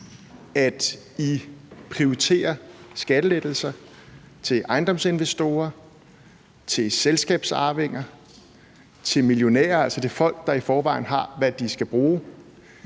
at I prioriterer skattelettelser til ejendomsinvestorer, til selskabsarvinger og til millionærer. Altså, det er folk, der i forvejen har, hvad de skal bruge.